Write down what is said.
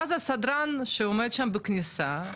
ואז הסדרן שעומד שם בכניסה,